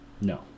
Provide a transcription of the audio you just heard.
no